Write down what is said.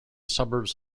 suburbs